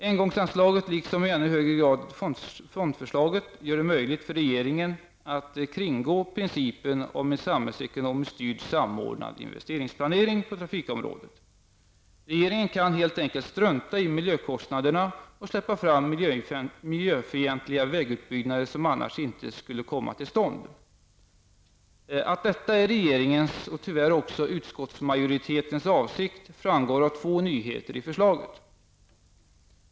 Engångsanslaget, liksom i ännu högre grad fondförslaget, gör det möjligt för regeringen att kringgå principen om en samhällsekonomiskt styrd samordnad investeringsplanering på trafikområdet. Regeringen kan helt enkelt strunta i miljökostnaderna och släppa fram miljöfientliga vägutbyggnader som annars inte skulle komma till stånd. Att detta är regeringens, och tyvärr också utskottsmajoritetens, avsikt framgår av två nyheter i förslaget.